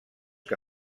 que